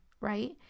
Right